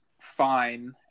fine